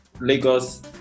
lagos